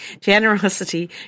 generosity